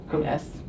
Yes